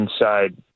inside